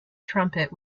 trumpet